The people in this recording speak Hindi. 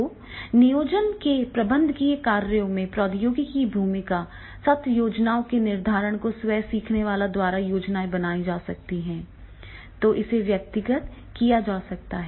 तो नियोजन के प्रबंधकीय कार्यों में प्रौद्योगिकी की भूमिका सत्र योजनाओं के निर्धारण को स्वयं सीखने वाले द्वारा योजना बनाई जा सकती है और इसे व्यवस्थित किया जा सकता है